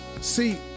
See